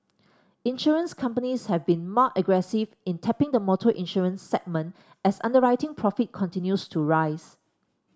insurance companies have been more aggressive in tapping the motor insurance segment as underwriting profit continues to rise